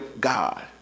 God